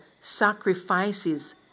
sacrifices